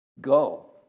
go